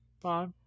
Five